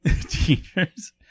Teachers